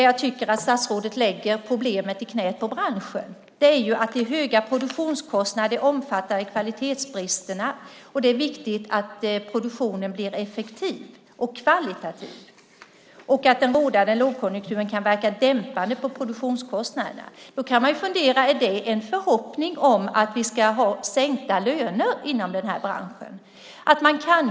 Jag tycker att statsrådet lägger problemet i knät på branschen när han i sitt svar skriver om de höga produktionskostnaderna och de omfattande kvalitetsbristerna, att det är viktigt att produktionen blir effektiv och kvalitativ och att den rådande lågkonjunkturen kan verka dämpande på produktionskostnaderna. Är det en förhoppning om att vi ska ha sänkta löner inom denna bransch?